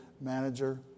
manager